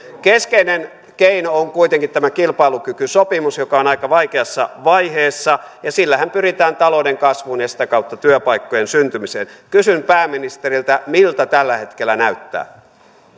keskeinen keino on kuitenkin tämä kilpailukykysopimus joka on aika vaikeassa vaiheessa ja sillähän pyritään talouden kasvuun ja sitä kautta työpaikkojen syntymiseen kysyn pääministeriltä miltä tällä hetkellä näyttää